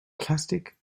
plastic